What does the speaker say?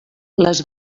les